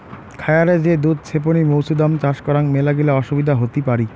খায়ারে যে দুধ ছেপনি মৌছুদাম চাষ করাং মেলাগিলা অসুবিধা হতি পারি